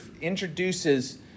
introduces